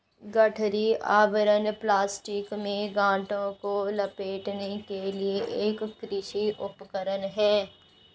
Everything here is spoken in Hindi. गठरी आवरण प्लास्टिक में गांठों को लपेटने के लिए एक कृषि उपकरण है